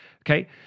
Okay